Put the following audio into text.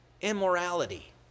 Immorality